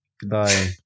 Goodbye